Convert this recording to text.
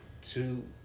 two